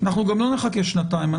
גם לא נחכה שנתיים.